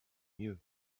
mieux